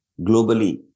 globally